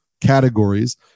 categories